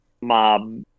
mob